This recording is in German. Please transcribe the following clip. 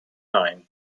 ein